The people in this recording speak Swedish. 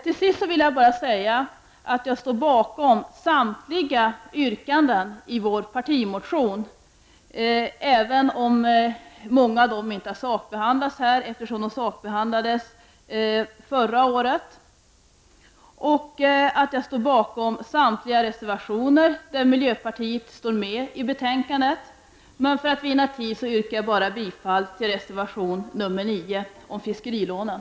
Till sist vill jag bara säga att jag står bakom samtliga yrkanden i vår partimotion, även om många av dem inte har sakbehandlats här eftersom de sakbehandlades förra året. Jag stöder också samtliga reservationer till betänkandet som miljöpartiet står bakom, men för att vinna tid yrkar jag bifall endast till reservation nr 9 om fiskerilånen.